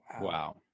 Wow